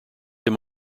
him